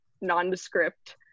nondescript